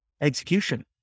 execution